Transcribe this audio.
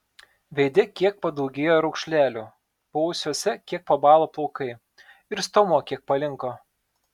veide kiek padaugėjo raukšlelių paausiuose kiek pabalo plaukai ir stuomuo kiek palinko